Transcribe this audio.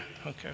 okay